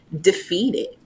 defeated